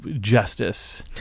justice